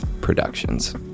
Productions